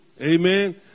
Amen